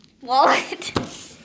Wallet